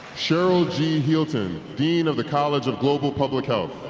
cheryl g. healton, dean of the college of global public health